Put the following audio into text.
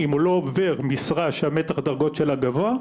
אם הוא לא עובר משרה שהמתח דרגות שלה גובה,